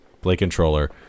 play-controller